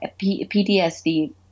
PTSD